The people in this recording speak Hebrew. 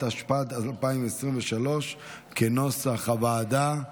התשפ"ד 2023, כנוסח הוועדה.